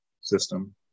system